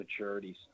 maturities